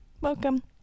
Welcome